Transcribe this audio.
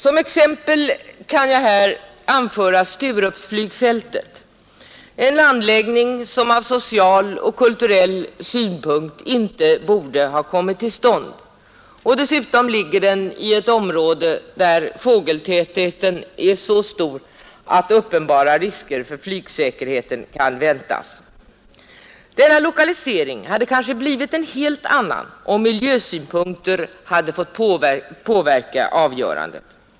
Som exempel kan jag här anföra Sturupsflygfältet, en anläggning som från social och kulturell synpunkt inte borde ha kommit till stånd. Dessutom ligger den i ett område, där fågeltätheten är så stor att uppenbara risker för flygsäkerheten kan väntas. Denna lokalisering hade kanske blivit en helt annan, om miljösynpunkter hade fått påverka avgörandet.